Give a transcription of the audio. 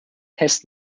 has